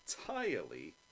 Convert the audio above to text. entirely